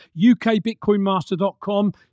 ukbitcoinmaster.com